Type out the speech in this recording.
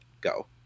go